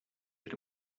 that